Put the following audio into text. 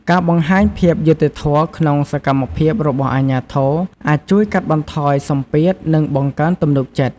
ការបង្ហាញភាពយុត្តិធម៌ក្នុងសកម្មភាពរបស់អាជ្ញាធរ អាចជួយកាត់បន្ថយសម្ពាធនិងបង្កើនទំនុកចិត្ត។